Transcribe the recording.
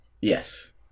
Yes